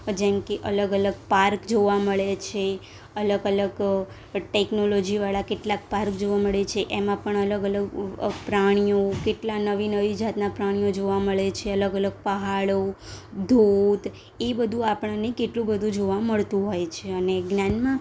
જેમ કે અલગ અલગ પાર્ક જોવા મળે છે અલગ અલગ ટૅક્નોલોજીવાળા કેટલાક પાર્ક જોવા મળે છે એમાં પણ અલગ અલગ ઉ પ્રાણીઓ કેટલા નવી નવી જાતના પ્રાણીઓ જોવા મળે છે અલગ અલગ પહાડો ધોધ એ બધું આપણને કેટલું બધુ જોવા મળતું હોય છે અને જ્ઞાન માં